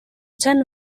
ten